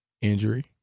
injury